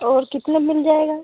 और कितने में मिल जाएगा